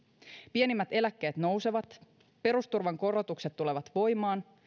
pienimmät eläkkeet nousevat perusturvan korotukset tulevat voimaan